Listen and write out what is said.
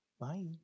Bye